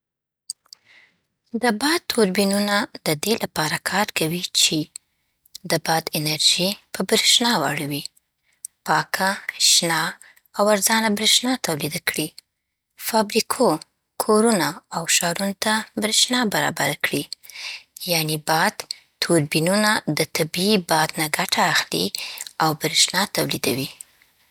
د باد توربینونه د دې لپاره کار کوي چې: د باد انرژي په برېښنا واړوي. پاکه، شنه او ارزانه برېښنا تولید کړي. فابریکو، کورونو او ښارونو ته برېښنا برابره کړي. یعنې، باد توربینونه د طبیعي باد نه ګټه اخلي او برېښنا تولیدوي.